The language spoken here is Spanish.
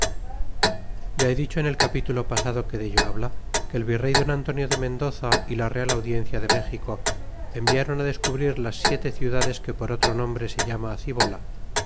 ya he dicho en el capitulo pasado que dello habla que el virrey don antonio de mendoza y la real audiencia de méxico environ descubrir las siete ciudades que por otro nombre se llama cibola